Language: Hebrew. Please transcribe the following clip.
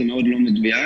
זה מאוד לא מדויק.